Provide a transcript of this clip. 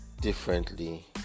differently